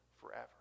forever